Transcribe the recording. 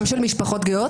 גם של משפחות גאות?